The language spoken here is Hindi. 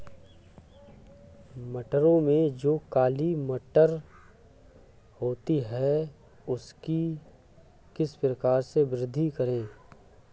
मटरों में जो काली मटर होती है उसकी किस प्रकार से वृद्धि करें?